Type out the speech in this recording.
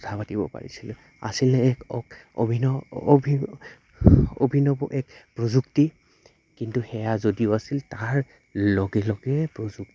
কথা পাতিব পাৰিছিলোঁ আছিলনে এক অ অভিন অভি অভিনৱ এক প্ৰযুক্তি কিন্তু সেয়া যদিও আছিল তাৰ লগে লগে প্ৰযুক